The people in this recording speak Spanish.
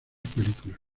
películas